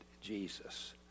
Jesus